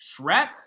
Shrek